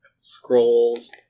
Scrolls